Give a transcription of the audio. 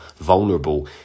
vulnerable